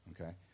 Okay